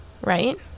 right